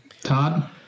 Todd